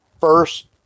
first